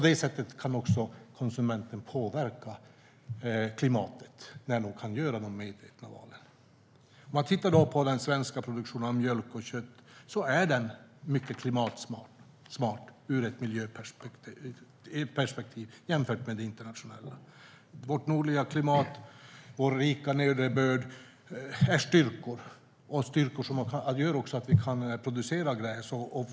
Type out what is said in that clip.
Konsumenterna kan påverka klimatet när de kan göra de medvetna valen. Den svenska produktionen av mjölk och kött är mycket klimatsmart jämfört med hur det är internationellt. Vårt nordliga klimat och vår rika nederbörd är styrkor som gör att vi kan producera gräs.